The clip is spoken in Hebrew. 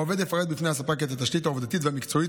העובד יפרט בפני הספק את התשתית העובדתית והמקצועית